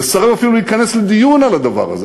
לסרב אפילו להיכנס לדיון על הדבר הזה,